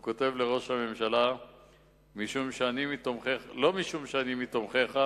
הוא כותב לראש הממשלה, לא משום שאני מתומכיך,